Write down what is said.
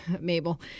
Mabel